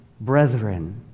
brethren